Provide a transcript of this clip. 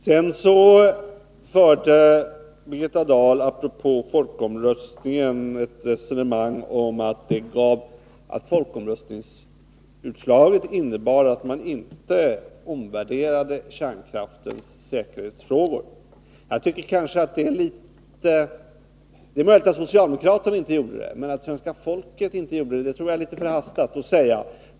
Vidare förde Birgitta Dahl apropå folkomröstningen ett resonemang om att folkomröstningsutslaget innebar att man inte omvärderade kärnkraftens säkerhetsfrågor. Det är möjligt att socialdemokraterna inte gjorde det, men att svenska folket inte gjort det tror jag är litet förhastat att säga.